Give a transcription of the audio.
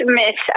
miss